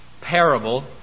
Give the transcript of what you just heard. parable